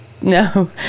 No